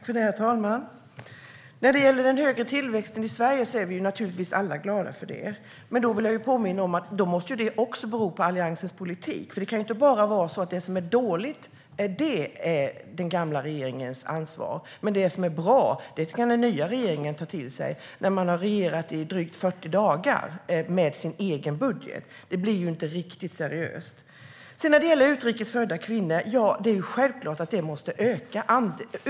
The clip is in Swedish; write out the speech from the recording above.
Herr talman! Vi är alla glada för den högre tillväxten i Sverige. Men jag vill påminna om att den också måste bero på Alliansens politik. Det kan inte bara vara så att det som är dåligt är den gamla regeringens ansvar, men det som är bra kan den nya regeringen ta åt sig av när den har regerat i bara drygt 40 dagar med sin egen budget. Det blir inte riktigt seriöst. När det gäller utrikes födda kvinnor är det självklart att sysselsättningsgraden måste öka.